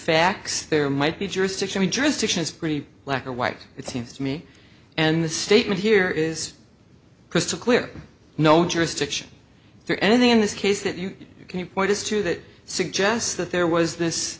facts there might be jurisdiction to jurisdiction it's pretty black or white it seems to me and the statement here is crystal clear no jurisdiction for anything in this case that you can point us to that suggests that there was this